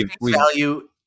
value